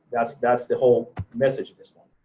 that's that's the whole message at this point.